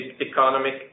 economic